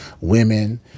women